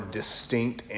distinct